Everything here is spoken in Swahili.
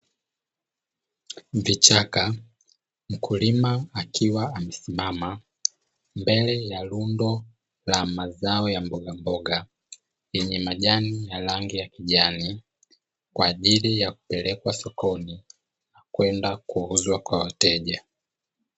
Vichaka, mkulima akiwa amesimama mbele ya lundo la mazao ya mbogamboga yenye majani ya rangi ya kijani, kwa ajili ya kupelekwa sokoni, kwenda kuuzwa kwa wateja.